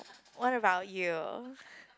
what about you